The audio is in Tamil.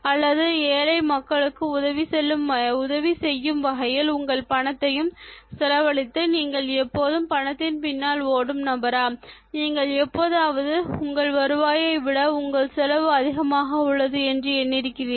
அல்லது ஏழை மக்களுக்கு உதவி செய்யும் வகையில் உங்கள் பணத்தையும் செலவழித்து நீங்கள் எப்பொழுதும் பணத்தின் பின்னால் ஓடும் நபரா நீங்கள் எப்பொழுதாவது உங்கள் வருவாயை விட உங்கள் செலவு அதிகமாக உள்ளது என்று எண்ணி இருக்கிறீரா